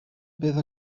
bydd